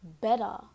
better